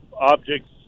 objects